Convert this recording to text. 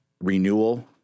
renewal